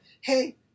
hey